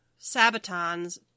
sabatons